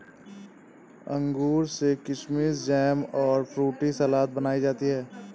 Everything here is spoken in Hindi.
अंगूर से किशमिस जैम और फ्रूट सलाद बनाई जाती है